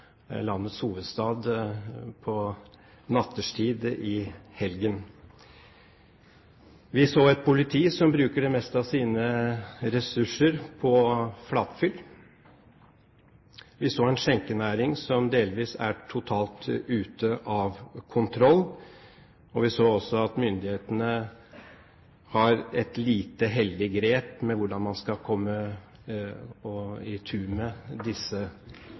landets hovedstad på nattetid i helgen. Vi så et politi som bruker det meste av sine ressurser på flatfyll. Vi så en skjenkenæring som delvis er totalt ute av kontroll, og vi så også at myndighetene har et lite heldig grep med hvordan man skal ta i tu med disse